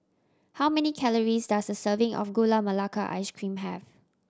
how many calories does a serving of Gula Melaka Ice Cream have